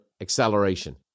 Acceleration